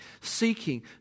seeking